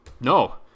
no